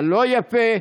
הלא-יפה,